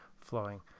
flowing